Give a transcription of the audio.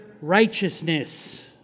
righteousness